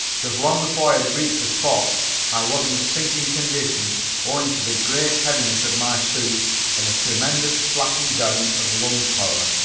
because long before i had reached the spot i was in a sinking condition owing to the great heaviness of my suit and a tremendous slacking down of lung power.